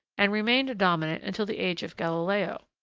and remained dominant until the age of galileo.